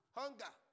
hunger